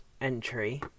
entry